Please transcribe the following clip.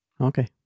Okay